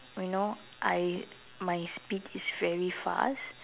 you now I my speed is very fast